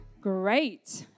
Great